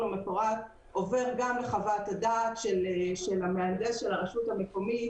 המפורט עובר גם לחוות הדעת של המהנדס של הרשות המקומית,